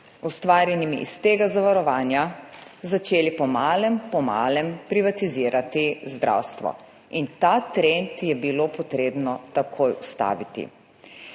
ustvarjenimi iz tega zavarovanja, začeli po malem in po malem privatizirati zdravstvo. Ta trend je bilo potrebno ustaviti